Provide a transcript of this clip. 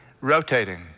rotating